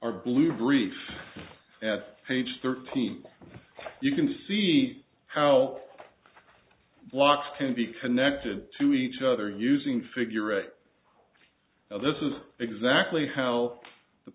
ur blue brief at page thirteen you can see how blocks can be connected to each other using figure eight this is exactly how the